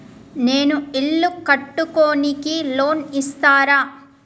నేను ఇల్లు కట్టుకోనికి లోన్ ఇస్తరా?